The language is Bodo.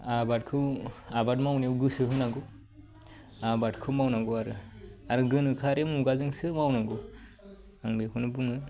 आबादखौ आबाद मावनायाव गोसो होनांगौ आबादखौ मावनांगौ आरो आरो गोनोखोयारि मुगाजोंसो मावनांगौ आं बेखौनो बुङो